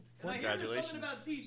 Congratulations